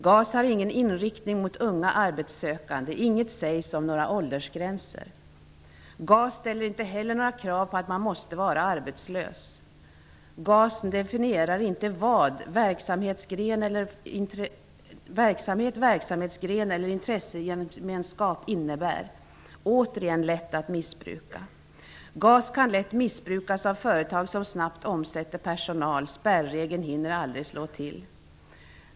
GAS har ingen inriktning mot unga arbetssökande. Inget sägs om några åldersgränser. GAS ställer inte heller några krav på att man måste vara arbetslös. GAS definierar inte vad verksamhetverksamhetsgren eller intressegemenskap innebär. Återigen något som är lätt att missbruka. GAS kan lätt missbrukas av företag som snabbt omsätter personal. Spärregeln hinner inte slå till.